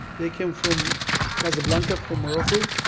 they came from casablanca, from morocco.